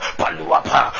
paluapa